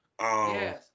yes